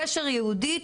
גשר יהודית,